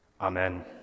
Amen